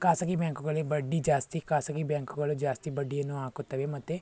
ಖಾಸಗಿ ಬ್ಯಾಂಕುಗಳಿಗೆ ಬಡ್ಡಿ ಜಾಸ್ತಿ ಖಾಸಗಿ ಬ್ಯಾಂಕುಗಳು ಜಾಸ್ತಿ ಬಡ್ಡಿಯನ್ನು ಹಾಕುತ್ತವೆ ಮತ್ತು